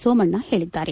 ಸೋಮಣ್ಣ ಹೇಳಿದ್ದಾರೆ